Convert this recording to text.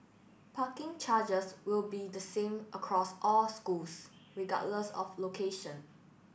parking charges will be the same across all schools regardless of location